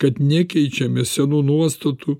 kad nekeičiame senų nuostatų